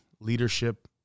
leadership